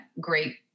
great